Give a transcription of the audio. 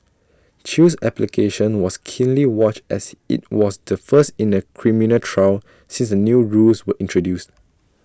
chew's application was keenly watched as IT was the first in A criminal trial since the new rules were introduced